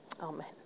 Amen